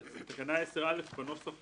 תקנה 10(א) בנוסח